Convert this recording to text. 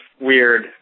weird